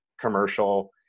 commercial